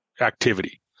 activity